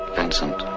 Vincent